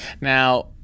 Now